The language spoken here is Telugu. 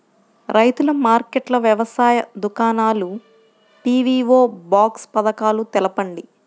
రైతుల మార్కెట్లు, వ్యవసాయ దుకాణాలు, పీ.వీ.ఓ బాక్స్ పథకాలు తెలుపండి?